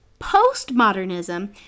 Postmodernism